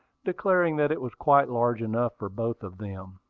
declaring that it was quite large enough for both of them.